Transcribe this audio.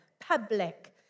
public